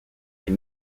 est